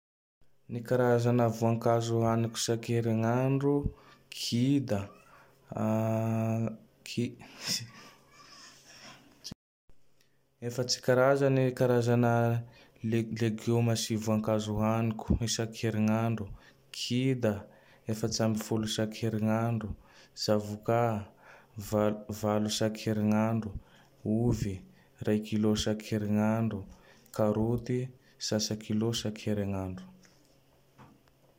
Ny karazagne voan-kazo haniko isan-kerign'andro: kida. Efatsy karazagne karazagne le-legioma sy voankazo hoanoko isak'erign'andro: Kida efatsy amb folo isak'erign'adro, zavôkà val-valo isak'ering'andro, ovy raika kilô isak'erign'andro, Karôte ray kilô isak'erign'andro.